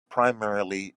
primarily